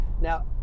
Now